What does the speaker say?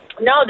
No